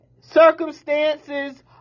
circumstances